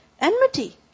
enmity